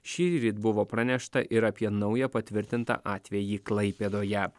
šįryt buvo pranešta ir apie naują patvirtintą atvejį klaipėdoje